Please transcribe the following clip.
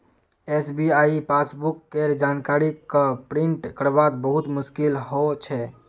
SBI passbook केर जानकारी क प्रिंट करवात बहुत मुस्कील हो छे